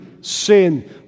sin